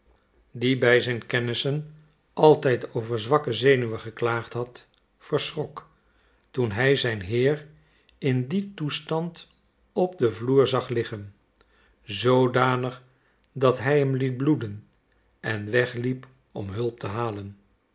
die bij zijn kennissen altijd over zwakke zenuwen geklaagd had verschrok toen hij zijn heer in dien toestand op den vloer zag liggen zoodanig dat hij hem liet bloeden en wegliep om hulp te halen